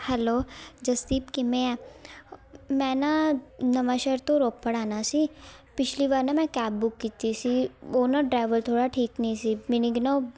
hello Jasdeep ਕਿਵੇਂ ਆ ਮੈਂ ਨਾ ਨਵਾਂਸ਼ਹਿਰ ਤੋਂ ਰੋਪੜ ਆਉਣਾ ਸੀ ਪਿਛਲੀ ਵਾਰ ਨਾ ਮੈਂ ਕੈਬ ਬੁੱਕ ਕੀਤੀ ਸੀ ਉਹ ਨਾ ਡਰਾਈਵਰ ਥੋੜ੍ਹਾ ਠੀਕ ਨਹੀਂ ਸੀ ਮੀਨਿੰਗ ਨਾ ਉਹ